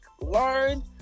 learn